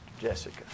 Jessica